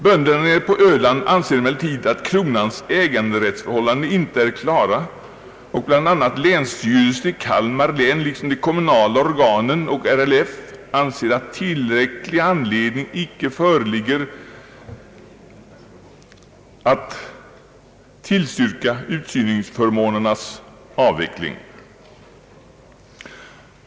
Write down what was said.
Bönderna på Öland anser emellertid att kronans äganderättsförhållanden inte är klara, och bl.a. länsstyrelsen i Kalmar län liksom de kommunala organen och RLF anser att tillräcklig anledning :icke föreligger att tillstyrka utsyningsförmånernas avveckling.